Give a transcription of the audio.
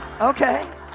okay